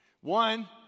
One